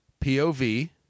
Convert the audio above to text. POV